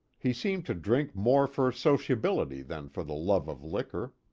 he seemed to drink more for sociability than for the love of liquor.